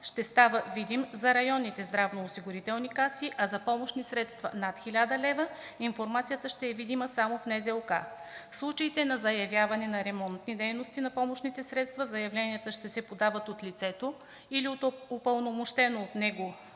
ще става видим за районните здравноосигурителни каси, а за помощни средства над 1000 лв. информацията ще е видима само в Националната здравноосигурителна каса. В случаите на заявяване на ремонтни дейности на помощните средства заявленията ще се подават от лицето или от упълномощено от него